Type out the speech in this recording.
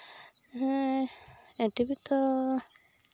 ᱦᱮᱸ ᱴᱤᱵᱷᱤ ᱫᱚ